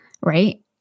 right